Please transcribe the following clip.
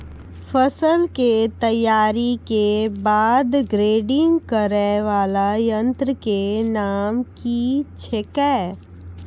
फसल के तैयारी के बाद ग्रेडिंग करै वाला यंत्र के नाम की छेकै?